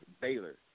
Baylor